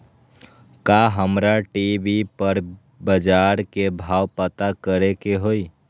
का हमरा टी.वी पर बजार के भाव पता करे के होई?